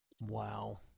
Wow